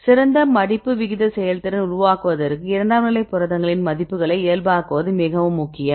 சிறந்த மடிப்பு விகித செயல்திறன் உருவாக்குவதற்கு இரண்டாம் நிலை புரதங்களின் மதிப்புகளை இயல்பாக்குவது மிகவும் முக்கியம்